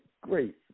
great